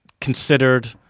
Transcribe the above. considered